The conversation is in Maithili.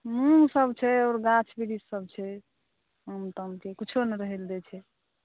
हँ ओ सभ छै गाछ वृक्ष सभ छै आम तामके किछो नहि रहै लए दै छै